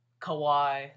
Kawhi